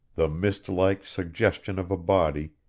the mist-like suggestion of a body,